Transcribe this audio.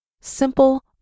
simple